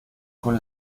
con